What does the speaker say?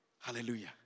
Hallelujah